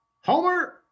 Homer